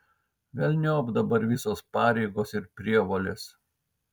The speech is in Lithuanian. velniop dabar visos pareigos ir prievolės